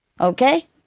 Okay